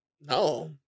No